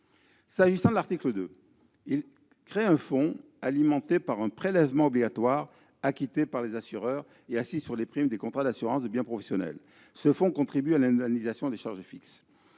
garantie. L'article 2 crée un fonds alimenté par un prélèvement obligatoire acquitté par les assureurs et assis sur les primes des contrats d'assurance de biens professionnels. Ce fonds contribue à l'indemnisation des charges fixes.